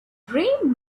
dream